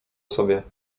sobie